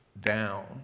down